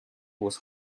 was